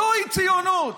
זוהי ציונות.